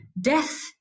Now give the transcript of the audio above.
Death